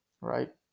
right